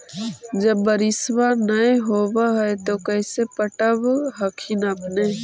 जब बारिसबा नय होब है तो कैसे पटब हखिन अपने?